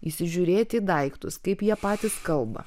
įsižiūrėti į daiktus kaip jie patys kalba